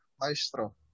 Maestro